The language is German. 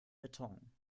beton